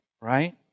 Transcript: right